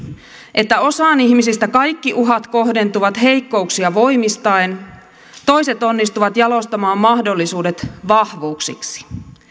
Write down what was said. että osaan ihmisistä kaikki uhat kohdentuvat heikkouksia voimistaen toiset onnistuvat jalostamaan mahdollisuudet vahvuuksiksi